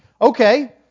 Okay